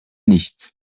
nichts